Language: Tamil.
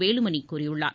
வேலுமணி கூறியுள்ளார்